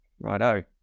Righto